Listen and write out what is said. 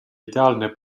ideaalne